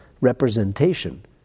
representation